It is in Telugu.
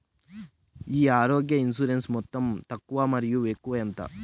ఈ ఆరోగ్య ఇన్సూరెన్సు మొత్తం తక్కువ మరియు ఎక్కువగా ఎంత?